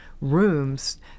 rooms